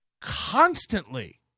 constantly